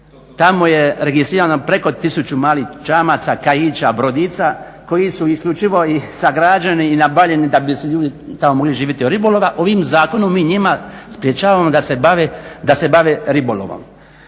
tamo je registrirano preko 1000 malih čamaca, kajića, brodica koji su isključivo i sagrađeni i nabavljeni da bi ljudi tamo mogli živjeti od ribolova. Ovim zakonom mi njima sprječavamo da se bave ribolovom,